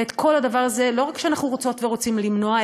ואת כל הדבר הזה לא רק שאנחנו רוצות ורוצים למנוע,